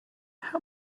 how